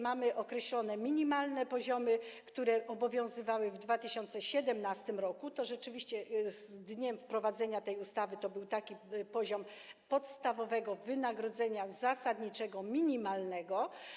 Mamy określone minimalne poziomy, które obowiązywały w 2017 r., i rzeczywiście z dniem wprowadzenia tej ustawy był taki poziom podstawowego wynagrodzenia zasadniczego minimalnego.